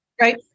right